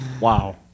Wow